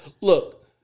look